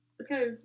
Okay